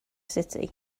city